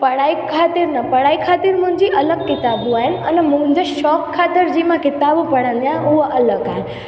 पढ़ाई ख़ातिरु न पढ़ाई ख़ातिरु मुंहिंजी अलॻि किताबूं आहिनि अने मुंहिंजे शौक़ु ख़ातिर जी मां किताबूं पढ़ंदी आहियां उहा अलॻि आहे